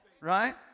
right